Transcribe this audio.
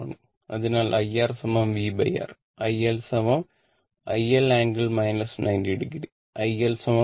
ആണ് അതിനാൽ iR VR I L i L ∟ 90 o